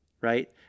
Right